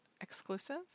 exclusive